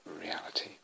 reality